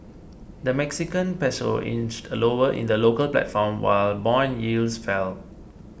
the Mexican Peso inched lower in the local platform while bond yields fell